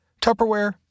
Tupperware